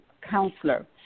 counselor